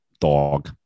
Dog